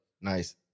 Nice